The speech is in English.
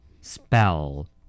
Spell